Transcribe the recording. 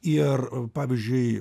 ir pavyzdžiui